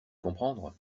comprendre